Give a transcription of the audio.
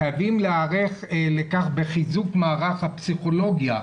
חייבים להיערך לכך בחיזוק מערך הפסיכולוגיה,